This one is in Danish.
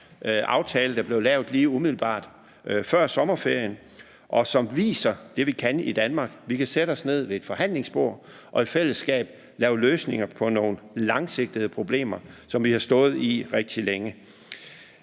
aftale, der blev lavet lige umiddelbart før sommerferien, og den viser det, vi kan i Danmark: Vi kan sætte os ned ved et forhandlingsbord og i fællesskab lave løsninger på nogle langsigtede problemer, som vi har stået med rigtig længe.